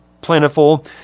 plentiful